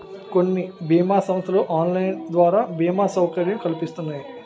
కొన్ని బీమా సంస్థలు ఆన్లైన్ ద్వారా బీమా సౌకర్యం కల్పిస్తున్నాయి